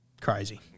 Crazy